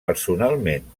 personalment